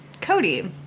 Cody